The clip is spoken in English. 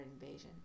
invasion